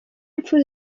impfu